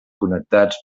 connectats